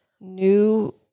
new